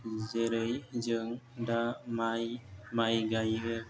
जेरै जों दा माइ गायो